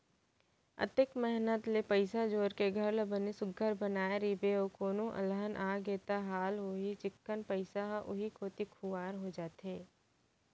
अतेक मेहनत ले पइसा जोर के घर ल बने सुग्घर बनाए रइबे अउ कोनो अलहन आगे त का हाल होही चिक्कन पइसा ह उहीं कोती खुवार हो जाथे